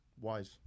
wise